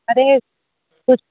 अरे यह कुछ